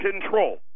Control